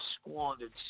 squandered